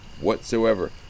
whatsoever